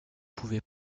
pouvaient